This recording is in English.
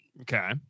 Okay